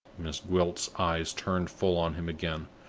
miss gwilt's eyes turned full on him again,